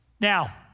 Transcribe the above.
Now